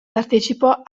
partecipò